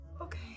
Okay